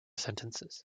sentences